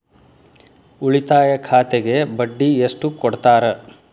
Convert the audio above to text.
ಉಳಿತಾಯ ಖಾತೆಗೆ ಬಡ್ಡಿ ಎಷ್ಟು ಕೊಡ್ತಾರ?